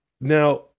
Now